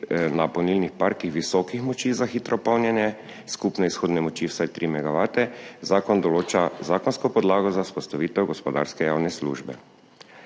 na polnilnih parkih visokih moči za hitro polnjenje skupne izhodne moči vsaj 3 megavate zakon določa zakonsko podlago za vzpostavitev gospodarske javne službe.